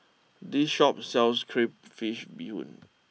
this Shop sells Crayfish BeeHoon